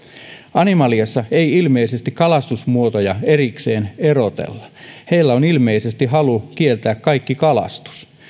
animaliassa ei ilmeisesti kalastusmuotoja erikseen erotella heillä on ilmeisesti halu kieltää kaikki kalastus